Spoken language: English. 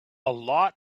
lot